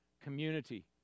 community